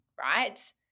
right